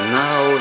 now